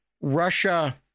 Russia